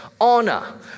honor